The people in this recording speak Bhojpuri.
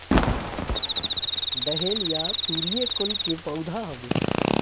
डहेलिया सूर्यकुल के पौधा हवे